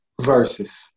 Verses